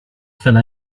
fell